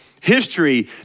history